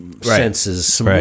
senses